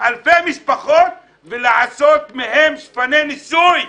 אלפי משפחות, ולעשות מהן שפני ניסוי.